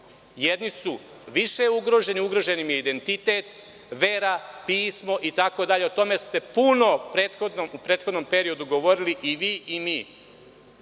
Jedni su više ugroženi, ugrožen im je identitet, vera, pismo itd.O tome ste puno u prethodnom periodu govorili i vi mi.